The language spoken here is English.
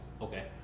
Okay